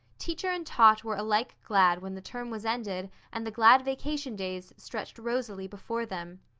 teacher and taught were alike glad when the term was ended and the glad vacation days stretched rosily before them.